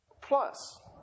Plus